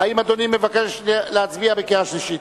האם אדוני מבקש להצביע בקריאה שלישית?